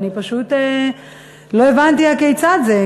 אני פשוט לא הבנתי הכיצד זה,